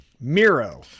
Miro